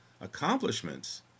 accomplishments